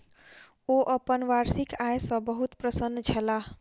ओ अपन वार्षिक आय सॅ बहुत प्रसन्न छलाह